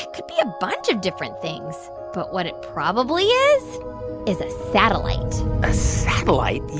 could be a bunch of different things, but what it probably is is a satellite a satellite?